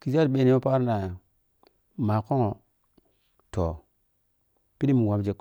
Kigi yadda daȝun ni yow paro na makhumu toh pidi wei mu wap gi